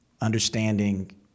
understanding